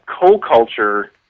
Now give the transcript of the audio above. co-culture